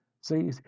See